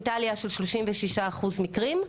הייתה עלייה של 36 אחוז מקרים,